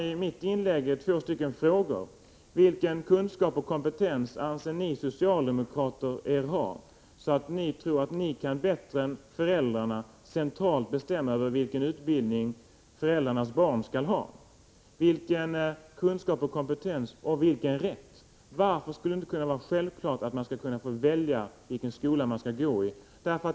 I mitt inlägg ställde jag ett par frågor: Vilken kunskap och kompetens anser ni socialdemokrater er ha, så att ni bättre än föräldrarna kan centralt bestämma över vilken utbildning deras barn skall ha? Vilken kunskap och kompetens och vilken rätt menar ni er ha? Varför skulle det inte kunna vara självklart att man skall få välja vilken skola man skall få gå i?